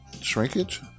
shrinkage